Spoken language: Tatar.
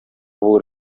булыр